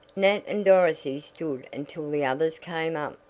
nat and dorothy stood until the others came up.